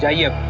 yeah you.